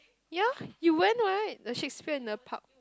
ya you went right the shakespeare-in-the-park